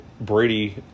Brady